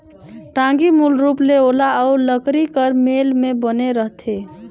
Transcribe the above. टागी मूल रूप ले लोहा अउ लकरी कर मेल मे बने रहथे